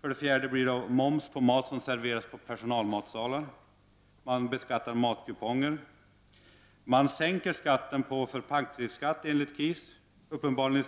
borttagna livsmedelssubventioner med en medveten inriktning.